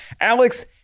Alex